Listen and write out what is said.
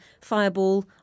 fireball